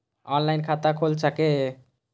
Online खाता खुल सके ये?